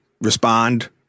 respond